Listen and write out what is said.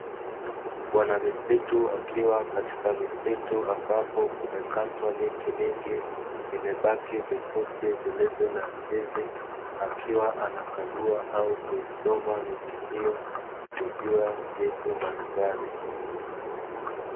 Bwana misitu akiwa katika misitu ambapo kumekatwa miti mingi, imebaki vifusi vilivyo na mzizi. Akiwa anakagua au kuisoma miti hiyo, kujua vitu mbalimbali.